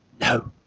No